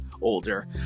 older